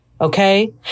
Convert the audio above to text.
okay